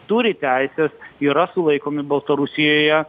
turi teises yra sulaikomi baltarusijoje